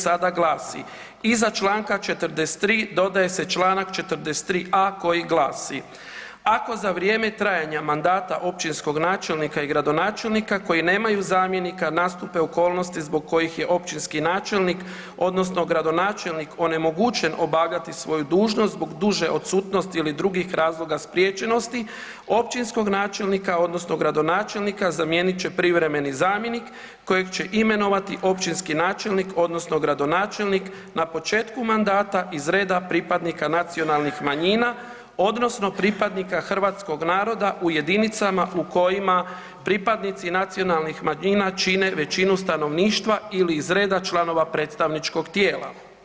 Sada glasi: „Iza članka 43. dodaje se članak 43a. koji glasi: Ako za vrijeme trajanja mandata općinskog načelnika i gradonačelnika koji nemaju zamjenika nastupe okolnosti zbog kojih je općinski načelnik, odnosno gradonačelnik onemogućen obavljati svoju dužnost zbog duže odsutnosti ili drugih razloga spriječenosti općinskog načelnika odnosno gradonačelnika zamijenit će privremeni zamjenik kojeg će imenovati općinski načelnik odnosno gradonačelnik na početku mandata iz reda pripadnika nacionalnih manjina, odnosno pripadnika hrvatskog naroda u jedinicama u kojima pripadnici nacionalnih manjina čine većinu stanovništva ili iz reda članova predstavničkog tijela.